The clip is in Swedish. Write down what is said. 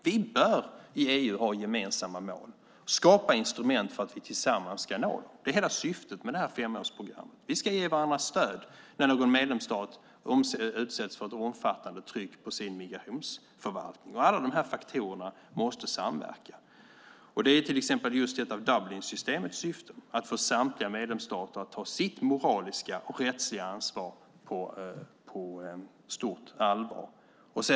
Vi bör i EU ha gemensamma mål och skapa instrument för att vi tillsammans ska nå dem. Det är hela syftet med femårsprogrammet. Vi ska ge varandra stöd när någon medlemsstat utsätts för ett omfattande tryck på sin migrationsförvaltning. Alla de här faktorerna måste samverka. Och det är till exempel just Dublinsystemets syfte att få samtliga medlemsstater att ta sitt moraliska och rättsliga ansvar på stort allvar.